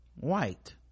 White